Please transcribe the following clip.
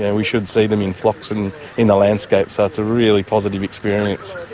and we should see them in flocks and in the landscape, so it's a really positive experience.